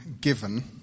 given